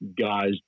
guys